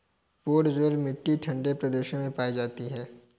podzol मिट्टी ठंडे प्रदेशों में पाई जाती है